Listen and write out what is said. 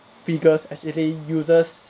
figures actually uses